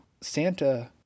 Santa